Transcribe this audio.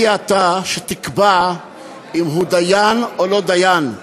מי אתה שתקבע אם הוא דיין או לא דיין?